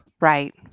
Right